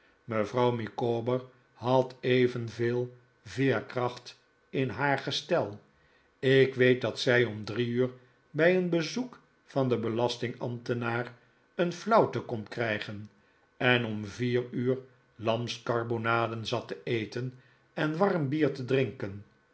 mevrouw micawber had evenve'el veerkracht in haar geslcl ik weet dat zij om drie uur bij een bezock van den bclastingambtenaar eon flauwte kon krijgen en om iier uur lamsk'arbonaden zal te eten en warm bier te drinken